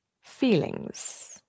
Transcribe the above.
feelings